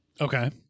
Okay